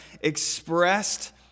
expressed